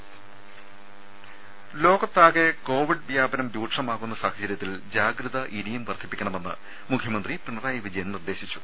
ദേശ ലോകത്താകെ കോവിഡ് വ്യാപനം രൂക്ഷമാകുന്ന സാഹചര്യത്തിൽ ജാഗ്രത ഇനിയും വർദ്ധിപ്പിക്കണമെന്ന് മുഖ്യമന്ത്രി പിണറായി വിജയൻ നിർദ്ദേശിച്ചു